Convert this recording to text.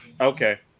okay